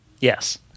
Yes